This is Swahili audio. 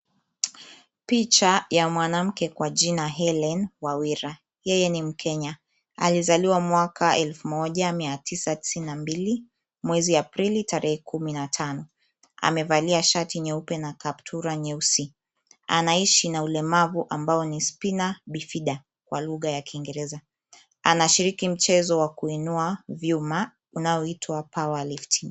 Picha ya mwanamke kwa jina Hellen Wawira. Yeye ni mkenya, alizaliwa mwaka elfu moja mia tisa tisini na mbili, mwezi Aprili tarehe kumi na tano. Amevalia shati nyeupe na kaptura nyeusi. Anaishi na ulemavu ambao ni Spina Bifida kwa lugha ya kiingereza. Anashiriki mchezo wa kuinua vyuma unaoitwa power lifting .